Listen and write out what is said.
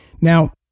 now